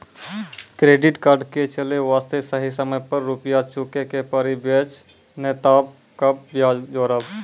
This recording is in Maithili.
क्रेडिट कार्ड के चले वास्ते सही समय पर रुपिया चुके के पड़ी बेंच ने ताब कम ब्याज जोरब?